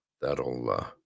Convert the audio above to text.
that'll